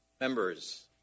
Members